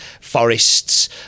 forests